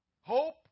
Hope